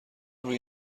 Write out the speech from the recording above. روی